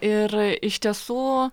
ir iš tiesų